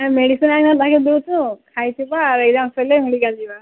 medicine ଆଣିବା ପାଇଁ ଖାଇଥିବା ଏଗଜାମ୍ ସରିଲେ ମେଡିକାଲ୍ ଯିବା